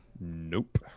nope